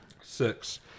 Six